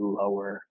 lower